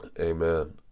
Amen